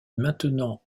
maintenant